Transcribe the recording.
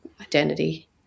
identity